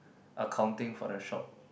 accounting for the shop